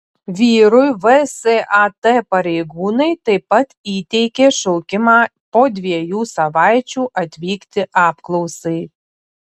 vyrui vsat pareigūnai taip pat įteikė šaukimą po dviejų savaičių atvykti apklausai